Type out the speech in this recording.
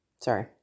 sorry